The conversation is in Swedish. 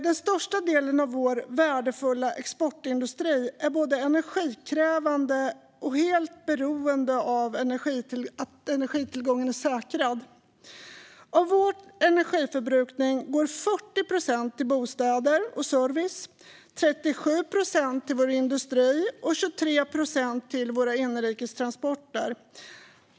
Den största delen av vår värdefulla exportindustri är både energikrävande och helt beroende av att energitillgången är säkrad. Av vår energiförbrukning går 40 procent till bostäder och service, 37 procent till vår industri och 23 procent till inrikes transporter.